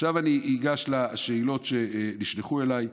עכשיו אני אגש לשאלות שנשלחו אליי.